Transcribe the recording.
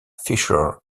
fisher